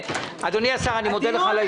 השמאלי,